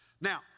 Now